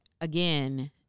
again